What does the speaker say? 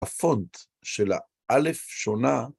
הפונט של האלף שונה